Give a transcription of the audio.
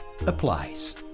applies